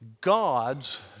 God's